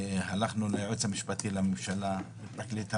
הלכנו ליועץ המשפטי לממשלה, לפרקליט המדינה,